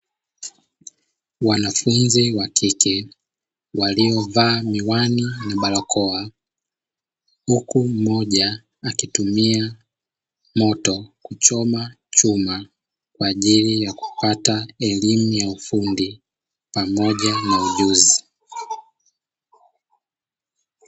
Wanafunzi wa kike waliovaa miwani na barakoa, huku mmoja akitumia moto kuchoma chuma kwa ajili ya kupata elimu ya ufundi pamoja na ujuzi.